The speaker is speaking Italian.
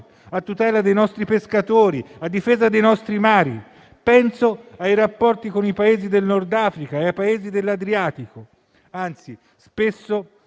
a tutela dei nostri pescatori e a difesa dei nostri mari (penso ai rapporti con i Paesi del Nord Africa e con i Paesi dell'Adriatico). Anzi, spesso